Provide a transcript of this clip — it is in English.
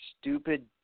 stupid